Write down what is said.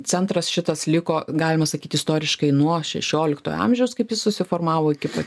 centras šitas liko galima sakyti istoriškai nuo šešiolikto amžiaus kaip jis susiformavo iki pat